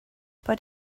but